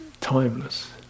timeless